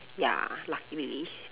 ya luckily